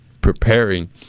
preparing